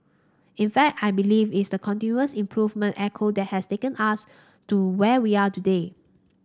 in fact I believe it's the continuous improvement etho that has taken us to where we are today